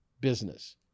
business